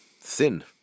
thin